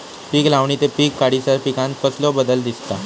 पीक लावणी ते पीक काढीसर पिकांत कसलो बदल दिसता?